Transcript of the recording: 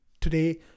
today